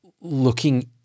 looking